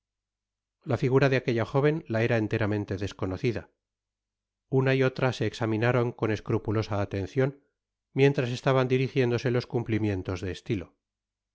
la figura de aquella jóven la era enteramente desconocida una y otra se examinaron con escrupulosa atencion mientras estaban dirigiéndose los cumplimientos de estilo